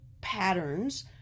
patterns